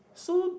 so